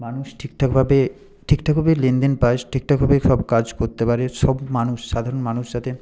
মানুষ ঠিকঠাকভাবে ঠিকঠাকভাবে লেনদেন পায় ঠিকঠাকভাবে সব কাজ করতে পারে সব মানুষ সাধারণ মানুষ যাতে